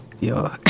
Yo